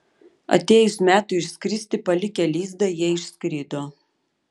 atėjus metui išskristi palikę lizdą jie išskrido